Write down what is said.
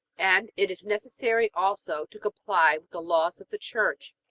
and it is necessary also to comply with the laws of the church.